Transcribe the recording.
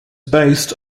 based